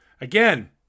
Again